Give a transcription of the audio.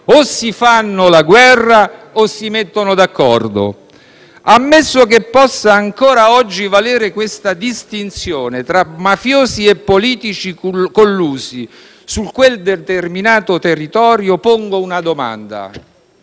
si fanno la guerra o si mettono d'accordo. Ammesso che possa ancora oggi valere questa distinzione tra mafiosi e politici collusi su quel determinato territorio, pongo una domanda: